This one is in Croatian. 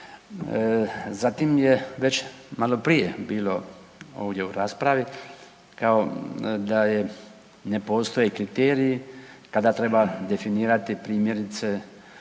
Zatim je već maloprije bilo ovdje u raspravi kao da je ne postoje kriteriji kada treba definirati, primjerice